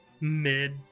mid